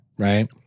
Right